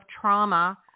trauma